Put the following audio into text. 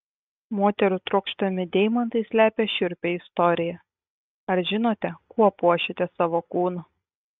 moterų trokštami deimantai slepia šiurpią istoriją ar žinote kuo puošiate savo kūną